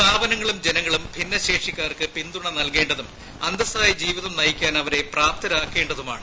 സ്ഥാപനങ്ങളും ജനങ്ങളും ഭിന്നശേഷികാർക്ക് പിന്തുണ നൽകേണ്ടതും അന്തസ്സായ ജീവിതം നയിക്കാൻ അവരെ പ്രാപ്തരാക്കേണ്ടതുമാണ്